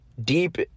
deep